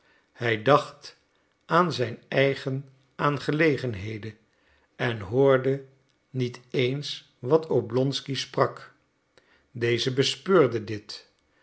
hij dacht aan zijn eigen aangelegenheden en hoorde niet eens wat oblonsky sprak deze bespeurde dit